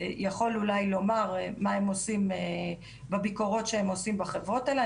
יכול אולי לומר מה הם עושים בביקורות שהם עושים בחברות האלה.